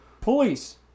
Police